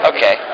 Okay